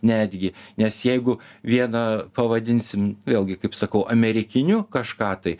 netgi nes jeigu vieną pavadinsim vėlgi kaip sakau amerikiniu kažką tai